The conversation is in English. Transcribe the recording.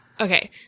Okay